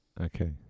okay